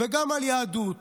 וגם על יהדות.